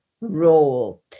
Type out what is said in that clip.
role